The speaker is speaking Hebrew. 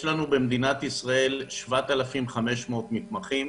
במדינת ישראל יש 7,500 מתתמחים.